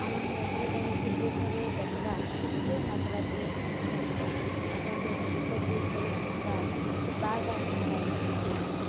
ଆମର୍ ସମ୍ବଲପୁରୀ ଡ଼୍ୟାନ୍ସକେ ଯିଏ ଥରେ ଦେଖ୍ବା ସେ ସିଓର୍ ନାଚ୍ବାର୍ କେ ଚାହେଁବା ଆମର୍ ଗୀତ ଯିଏ ଥରେ ଶୁନ୍ବା ବାର୍ ବାର୍ ଶୁନବାର୍ କେ ଚାହେଁବା